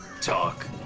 Talk